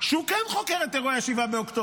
שהוא כן חוקר את אירועי 7 באוקטובר.